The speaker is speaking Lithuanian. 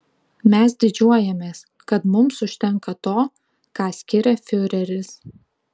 mes didžiuojamės kad mums užtenka to ką skiria fiureris